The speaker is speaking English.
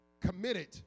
Committed